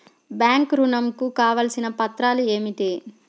Bank ఋణం కు కావలసిన పత్రాలు ఏమిటి?